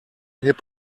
hip